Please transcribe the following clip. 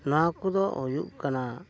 ᱱᱚᱣᱟ ᱠᱚᱫᱚ ᱦᱩᱭᱩᱜ ᱠᱟᱱᱟ